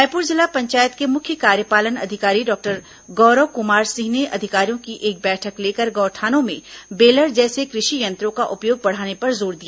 रायपुर जिला पंचायत के मुख्य कार्यपालन अधिकारी डॉक्टर गौरव कुमार सिंह ने अधिकारियों की एक बैठक लेकर गौठानों में बेलर जैसे कृषि यंत्रों का उपयोग बढ़ाने पर जोर दिया